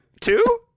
two